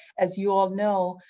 as you all know,